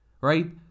right